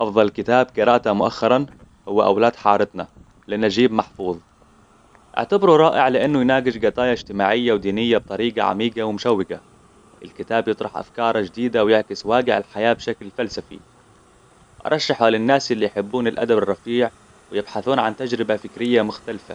أفضل كتاب قرأته مؤخراً هو أولاد حارتنا لنجيب محفوظ. أعتبره رائع لأنه يناقش قضايا اجتماعية ودينية بطريقة عميقة ومشوقة. الكتاب يطرح أفكار جديدة ويعكس واقع الحياة بشكل فلسفي. أرشحه للناس اللي يحبون الأدب الرفيع ويبحثون عن تجربة فكريه مختلفة